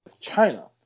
China